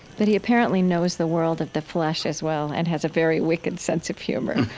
but he apparently knows the world of the flesh as well, and has a very wicked sense of humor.